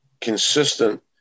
consistent